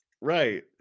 Right